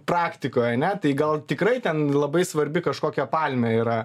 praktikoj ane tai gal tikrai ten labai svarbi kažkokia palmė yra